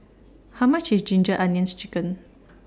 How much IS Ginger Onions Chicken